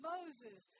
Moses